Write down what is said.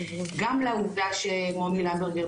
גם לעובדה שמומי למברגר,